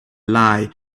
lie